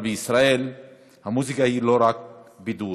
אבל בישראל המוזיקה היא לא רק בידור,